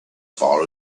far